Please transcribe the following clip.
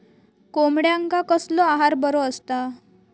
कोंबड्यांका कसलो आहार बरो असता?